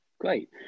Great